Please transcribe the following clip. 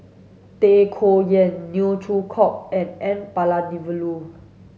Tay Koh Yat Neo Chwee Kok and N Palanivelu